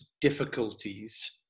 difficulties